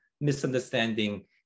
misunderstanding